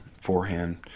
forehand